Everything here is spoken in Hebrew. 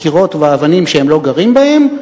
קירות ואבנים שהם לא גרים בהם,